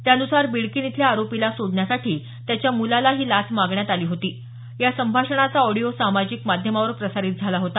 त्यानुसार बिडकीन इथल्या आरोपीला सोडण्यासाठी त्याचा मुलाला ही लाच मागण्यात आली होती या संभाषणाचा ऑडिओ सामाजिक माध्यमावर प्रसारित झाला होता